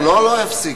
לא "יפסיק",